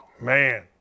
Man